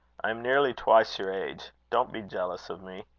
i am nearly twice your age don't be jealous of me.